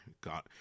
God